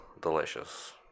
delicious